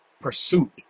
pursuit